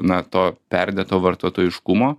na to perdėto vartotojiškumo